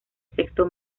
sexto